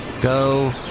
Go